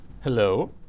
Hello